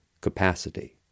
capacity